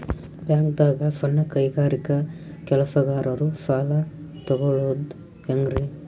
ಬ್ಯಾಂಕ್ದಾಗ ಸಣ್ಣ ಕೈಗಾರಿಕಾ ಕೆಲಸಗಾರರು ಸಾಲ ತಗೊಳದ್ ಹೇಂಗ್ರಿ?